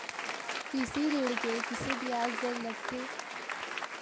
कृषि ऋण के किसे ब्याज दर लगथे?